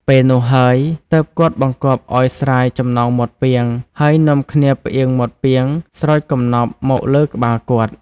ពេលនោះហើយ ទើបគាត់បង្គាប់ឲ្យស្រាយចំណងមាត់ពាង ហើយនាំគ្នាផ្ទៀងមាត់ពាងស្រោចកំណប់មកលើក្បាលគាត់។